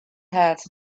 heads